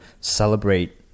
celebrate